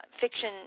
fiction